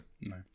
no